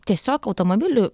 tiesiog automobilių